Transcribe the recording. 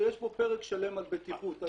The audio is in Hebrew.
ויש פה פרק שלם על בטיחות,